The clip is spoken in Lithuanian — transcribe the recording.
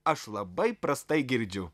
aš labai prastai girdžiu